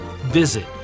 Visit